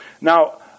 now